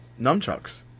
nunchucks